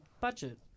budget